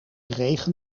regen